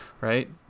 right